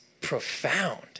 profound